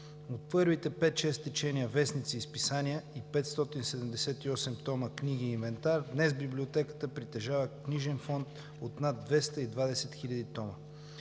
От първите пет-шест течения вестници и списания и 578 тома книги и инвентар, днес библиотеката притежава книжен фонд от над 220 000 тома,